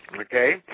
Okay